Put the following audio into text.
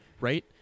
right